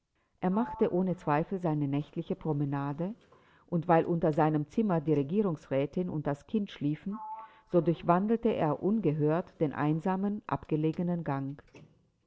er machte ohne zweifel seine nächtliche promenade und weil unter seinem zimmer die regierungsrätin und das kind schliefen so durchwandelte er ungehört den einsamen abgelegenen gang